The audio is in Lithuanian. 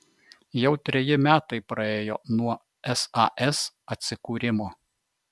jau treji metai praėjo nuo sas atsikūrimo